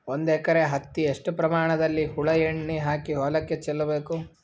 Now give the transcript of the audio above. ಒಂದು ಎಕರೆ ಹತ್ತಿ ಎಷ್ಟು ಪ್ರಮಾಣದಲ್ಲಿ ಹುಳ ಎಣ್ಣೆ ಹಾಕಿ ಹೊಲಕ್ಕೆ ಚಲಬೇಕು?